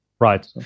Right